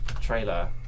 trailer